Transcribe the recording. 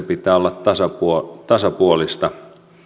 pitää olla sitten myös tasapuolista